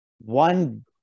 one